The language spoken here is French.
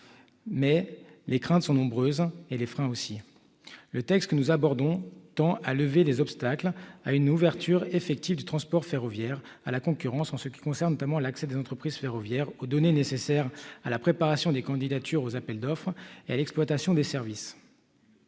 mais les craintes sont nombreuses, les freins aussi. Le texte que nous abordons tend à lever les obstacles à une ouverture effective du transport ferroviaire à la concurrence, en ce qui concerne notamment l'accès des entreprises ferroviaires aux données nécessaires à la préparation des candidatures aux appels d'offres et à l'exploitation des services,